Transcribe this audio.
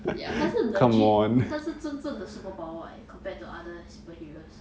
ya 他是 legit 他是真真的 superpower eh as compared to other superheroes